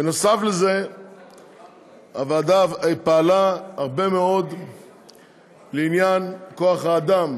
בנוסף לזה הוועדה פעלה הרבה מאוד בעניין כוח האדם